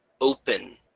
open